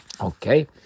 Okay